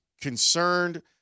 concerned